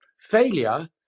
Failure